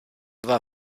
war